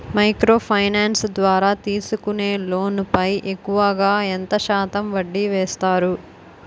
Micro finance ద్వారా తీసుకునే loan పై ఎక్కువుగా ఎంత శాతం వడ్డీ వేస్తారు?